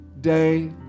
day